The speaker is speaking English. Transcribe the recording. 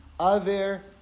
Aver